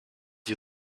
you